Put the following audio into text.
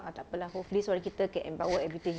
ah tak apa lah hopefully suara kita can empower everything